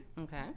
Okay